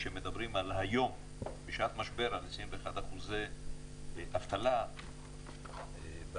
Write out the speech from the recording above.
כשמדברים היום בשעת משבר על 21% אבטלה בארץ,